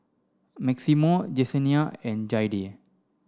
Maximo Jessenia and Jayde